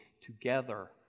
together